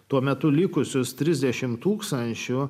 tuo metu likusius trisdešimt tūkstančių